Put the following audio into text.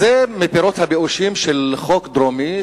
אז זה מפירות הבאושים של חוק דרומי,